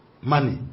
money